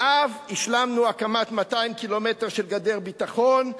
באב השלמנו הקמת 200 קילומטר של גדר ביטחון,